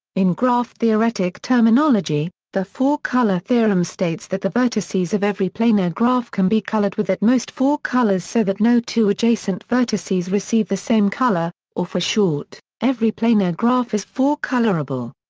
in graph-theoretic terminology, the four-color theorem states that the vertices of every planar graph can be colored with at most four colors so that no two adjacent vertices receive the same color, or for short, every planar graph is four-colorable.